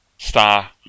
star